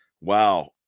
Wow